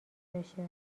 بشه